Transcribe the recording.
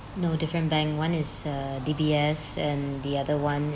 no different bank one is uh D_B_S and the other [one]